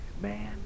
Man